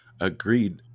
Agreed